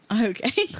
Okay